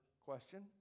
question